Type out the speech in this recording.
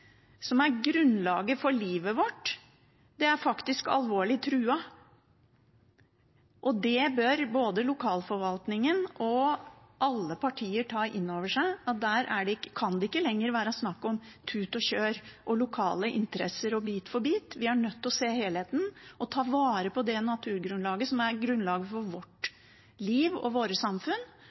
grunnlaget for livet vårt, er faktisk alvorlig truet. Både lokalforvaltningen og alle partier bør ta inn over seg at der kan det ikke lenger være snakk om tut og kjør, lokale interesser og bit for bit – vi er nødt til å se helheten og ta vare på det naturgrunnlaget som er grunnlaget for vårt liv og våre samfunn,